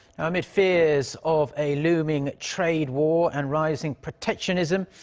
amid fears of a looming trade war and rising protectionism,